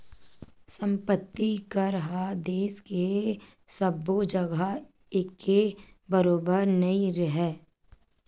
संपत्ति कर ह देस के सब्बो जघा एके बरोबर नइ राहय